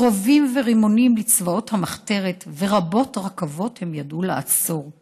"כי רובים ורימון לצבאות המחתרת / ורבות רכבות הם ידעו לעצור /